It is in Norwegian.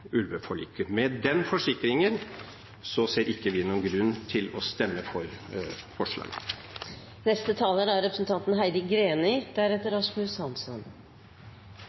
ulveforliket. Med den forsikringen ser ikke vi noen grunn til å stemme for forslaget. Fra mine hjemtrakter, som er